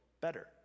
better